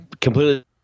completely